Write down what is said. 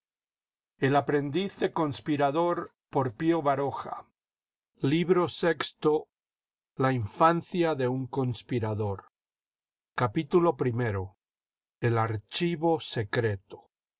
el aprendiste conspirador por baroja la infancia de un conspirador i el archivo secreto